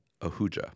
Ahuja